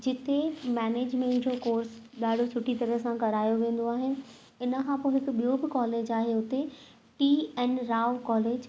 जिते मेनेजमेंट जो कोर्स ॾाढो सुठी तरह सां करायो वेंदो आहिनि हिन खां पोइ हिकु ॿियो बि कॉलेज आहे हुते टी एन राव कॉलेज